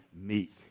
meek